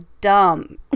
dumb